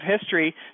history